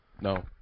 No